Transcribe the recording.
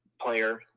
player